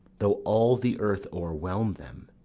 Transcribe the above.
though all the earth o'erwhelm them,